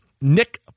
Nick